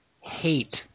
Hate